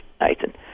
Nathan